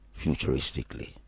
futuristically